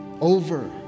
over